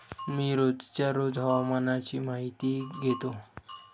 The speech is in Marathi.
मी रोजच्या रोज हवामानाची माहितीही घेतो